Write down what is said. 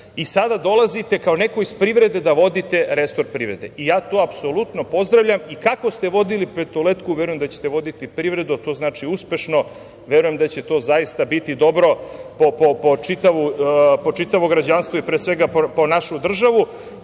i sada dolazite kao neko iz privrede da vodite resor privrede. Ja to apsolutno pozdravljam i kako ste vodili „Petoletku“, verujem da će te voditi privredu, a to znači uspešno. Verujem da će to zaista biti dobro po čitavo građanstvo, i pre svega, po našu državu,